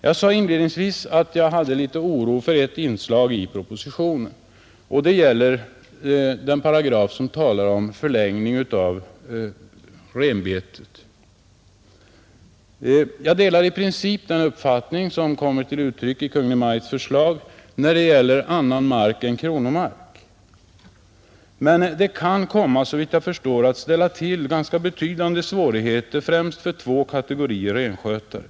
Jag sade inledningsvis att jag kände viss oro för ett inslag i propositionen — det gäller den paragraf som talar om förlängning av tiden för vinterbetet. Jag delar i princip den uppfattning som kommer till uttryck i Kungl. Maj:ts förslag när det gäller annan mark än kronomark, men det kan, såvitt jag förstår, komma att ställa till ganska betydande svårigheter, främst för två kategorier renskötare.